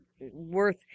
worth